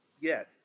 Yes